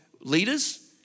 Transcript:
leaders